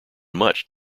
much